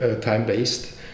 time-based